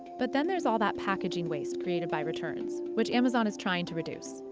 but then there's all that packaging waste created by returns, which amazon is trying to reduce.